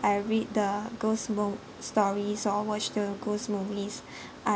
I read the ghost book stories or watch the ghost movies I